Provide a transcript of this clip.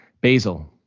basil